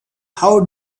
how